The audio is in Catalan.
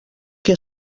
qui